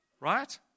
Right